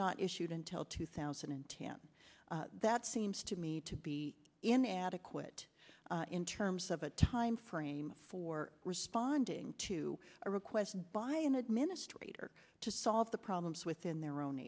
not issued until two thousand and ten that seems to me to be inadequate in terms of a timeframe for responding to a request by an administrator to solve the problems within their own